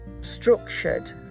structured